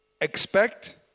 Expect